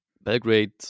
Belgrade